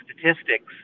statistics